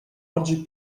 oggi